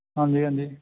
ਹਾਂਜੀ ਹਾਂਜੀ